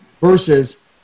versus